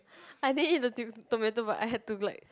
I didn't eat the to~ tomato but I had to like